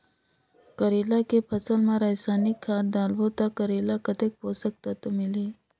करेला के फसल मा रसायनिक खाद डालबो ता करेला कतेक पोषक तत्व मिलही?